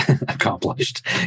accomplished